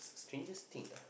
strangest thing ah